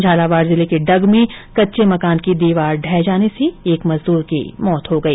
झालावाड जिले के डग में कच्चे मकान की दीवार ढहने जाने से एक मजदूर की मौत हो गई